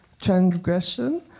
transgression